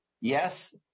Yes